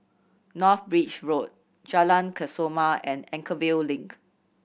North Bridge Road Jalan Kesoma and Anchorvale Link